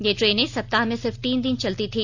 ये ट्रेने सप्ताह में सिर्फ तीन दिन चलती थी